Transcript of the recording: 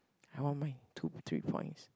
I want my two three points